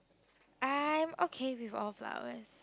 I am okay with all flowers